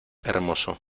hermoso